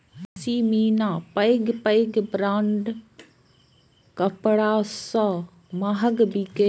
पश्मीना पैघ पैघ ब्रांडक कपड़ा सं महग बिकै छै